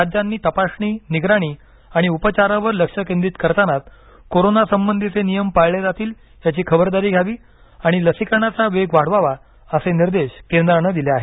राज्यांनी तपासणी निगराणी आणि उपचारावर लक्ष केंद्रित करतानाच कोरोना संबंधीचे नियम पाळले जातील याची खबरदारी घ्यावी आणि लसीकरणाचा वेग वाढवावा असे निर्देश केंद्रानं दिले आहेत